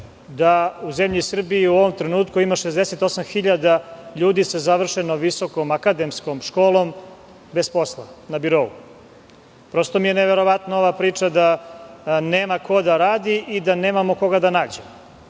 da u zemlji Srbiji u ovom trenutku ima 68 hiljada ljudi sa završenom visokom akademskom školom bez posla, na birou. Prosto mi je neverovatna ova priča da nema ko da radi i da nemamo koga da nađemo.